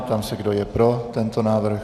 Ptám se, kdo je pro tento návrh.